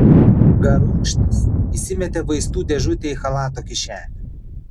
garunkštis įsimetė vaistų dėžutę į chalato kišenę